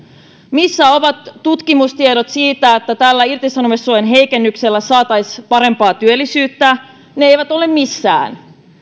missä ovat tutkimustiedot siitä että tällä irtisanomissuojan heikennyksellä saataisiin parempaa työllisyyttä ne eivät ole missään